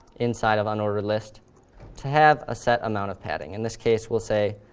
inside of unordered list to have a set amount of padding, in this case, we'll say